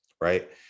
Right